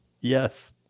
Yes